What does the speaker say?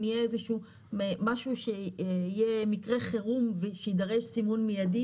יהיה איזשהו משהו שיהיה מקרה חירום שיידרש סימון מיידי